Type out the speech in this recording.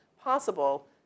possible